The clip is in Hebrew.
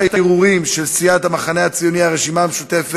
התשע"ו 2015, תועבר להמשך דיון והכנה לקריאה שנייה